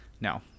no